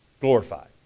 glorified